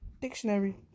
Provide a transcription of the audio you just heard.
dictionary